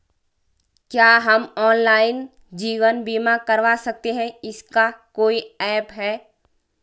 क्या हम ऑनलाइन जीवन बीमा करवा सकते हैं इसका कोई ऐप है?